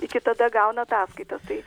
iki tada gauna ataskaitas tai